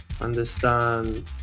understand